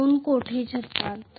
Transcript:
हे दोन कोठे छेदतात